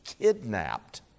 kidnapped